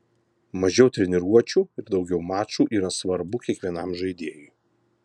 mažiau treniruočių ir daugiau mačų yra svarbu kiekvienam žaidėjui